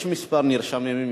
יש כמה נרשמים,